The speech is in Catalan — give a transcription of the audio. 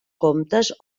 comtes